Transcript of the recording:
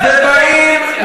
באופוזיציה.